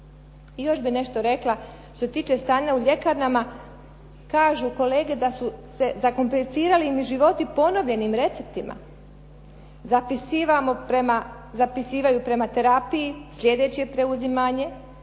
još bih nešto rekla što se tiče stanja u ljekarnama. Kažu kolege da su se zakomplicirali im životi ponovljenim receptima. Zapisuju prema terapiji slijedeće preuzimanje